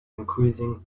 increasing